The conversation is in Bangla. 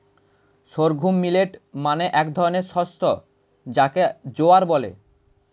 সর্ঘুম মিলেট মানে এক ধরনের শস্য যাকে জোয়ার বলে